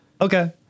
Okay